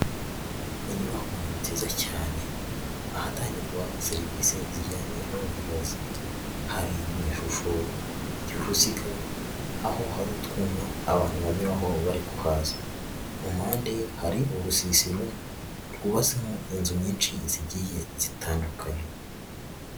Inyubako nziza cyane ahatangirwa serivisi zijyanye n'ubuvuzi, hari mu ishusho ry'uruziga, aho hari utwuntu abantu banyuraho bari kuhaza, ku mpande hari urusiro rwubamo inzu nyinshi zigiye zitandukanye.